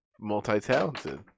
multi-talented